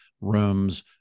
rooms